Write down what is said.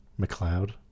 McLeod